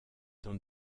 dans